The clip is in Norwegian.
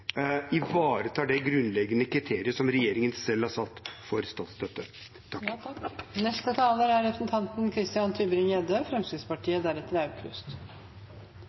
ivaretar det grunnleggende kriteriet som regjeringen selv har satt for statsstøtte.